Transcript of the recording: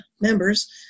members